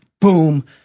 Boom